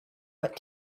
but